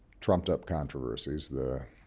trumped up controversies, the.